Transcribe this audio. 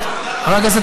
אנחנו שמחים בשמחתכם,